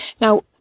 Now